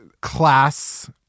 class